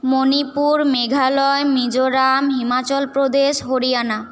Manipur Meghalaya Mizoram Himachal Pradesh Haryana